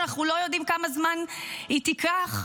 שאנחנו לא יודעים כמה זמן היא תיקח,